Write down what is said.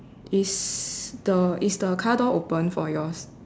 is the is the car door open for yours